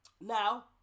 now